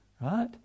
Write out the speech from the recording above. right